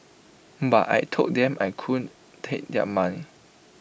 but I Told them I couldn't take their money